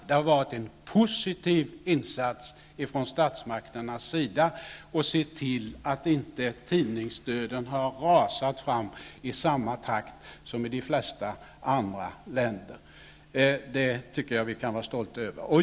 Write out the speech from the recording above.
Det har varit en positiv insats från statsmakternas sida att se till att inte tidningsdöden har härjat i samma takt som i de flesta andra länder. Det tycker jag att vi kan vara stolta över.